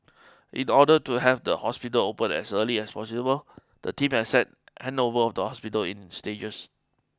in order to have the hospital opened as early as possible the team accepted handover of the hospital in stages